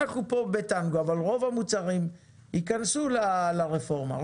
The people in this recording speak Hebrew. אנחנו כאן בטנגו אבל רוב המוצרים ייכנסו לרפורמה.